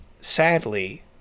sadly